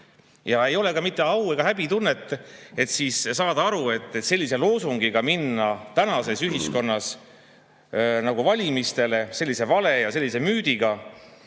Ei ole ka mitte mingit au- ega häbitunnet, et saada aru: sellise loosungiga minna tänases ühiskonnas valimistele, sellise vale ja sellise müüdiga